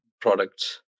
products